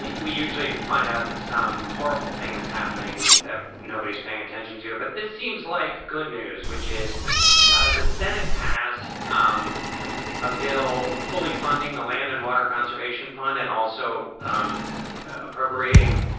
we usually find out that some horrible thing is happening that nobody's paying attention to. but this seems like good news, which is the senate passed um a bill fully funding the land and water conservation fund and also um appropriating